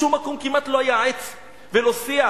בשום מקום כמעט לא היה עץ ולא שיח.